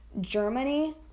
Germany